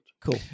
Cool